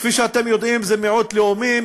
כפי שאתם יודעים זה מיעוט לאומי,